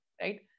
right